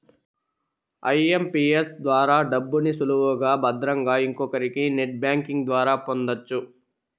IMPS ద్వారా డబ్బుని సులువుగా భద్రంగా ఇంకొకరికి నెట్ బ్యాంకింగ్ ద్వారా పొందొచ్చు